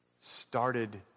started